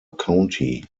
county